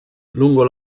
lungo